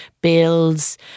bills